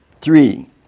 Three